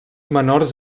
menors